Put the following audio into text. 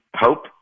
hope